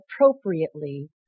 appropriately